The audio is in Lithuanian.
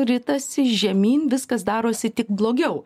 ritasi žemyn viskas darosi tik blogiau